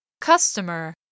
Customer